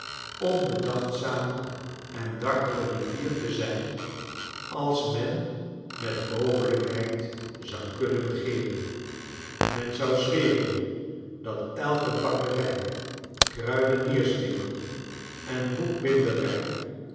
onbedachtzame en dartele rivier te zijn als men met mogelijkheid zou kunnen begeeren men zou zweren dat elke bakkerij kruidenierswinkel en boekbinderij